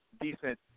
Decent